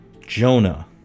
Jonah